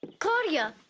claudia,